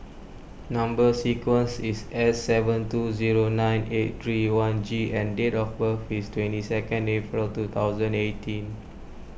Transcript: Number Sequence is S seven two zero nine eight three one G and date of birth is twenty second April two thousand eighteen